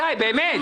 קובעת.